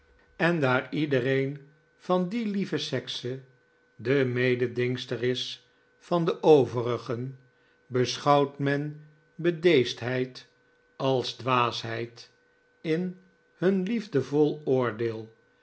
en daar iedereen van die lieve sekse de mededingster is van de overigen beschouwt men bedeesdheid als dwaasheid in hun liefdevol oordeel